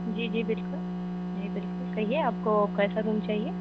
जी जी बिल्कुल जी बिल्कुल कहिए आपको कैसा रूम चाहिए